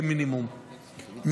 כמינימום,